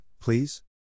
please